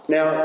Now